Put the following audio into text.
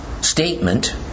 statement